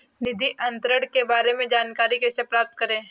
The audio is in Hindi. निधि अंतरण के बारे में जानकारी कैसे प्राप्त करें?